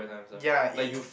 ya it